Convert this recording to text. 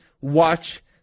watch